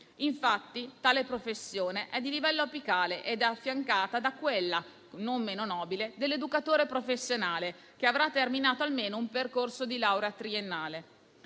Infatti tale professione è di livello apicale ed è affiancata da quella, non meno nobile, dell'educatore professionale che avrà terminato almeno un percorso di laurea triennale.